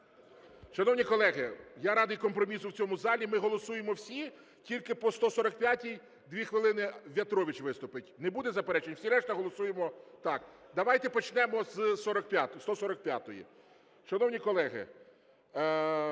Шановні колеги, я радий компромісу в цьому залі, ми голосуємо всі тільки по 145-й, 2 хвилини В'ятрович виступить. Не буде заперечень? Всі решта голосуємо так. Давайте почнемо з 145-ї. Шановні колеги,